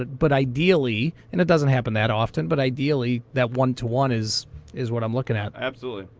but ideally, and it doesn't happen that often, but ideally that one to one is is what i'm looking at. absolutely.